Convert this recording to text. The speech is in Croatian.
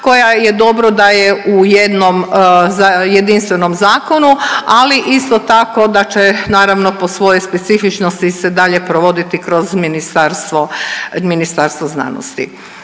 koja je dobro da je u jednom jedinstvenom zakonu, ali isto tako da će naravno po svojoj specifičnosti se dalje provoditi kroz ministarstvo,